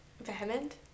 vehement